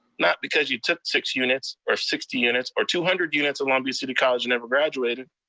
not because you took six units, or sixty units, or two hundred units at long beach city college and never graduated.